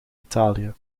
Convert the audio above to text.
italië